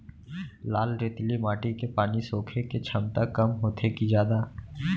लाल रेतीली माटी के पानी सोखे के क्षमता कम होथे की जादा?